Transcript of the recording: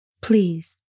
Please